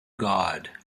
god